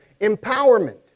empowerment